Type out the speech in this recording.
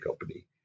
Company